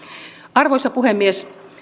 arvoisa puhemies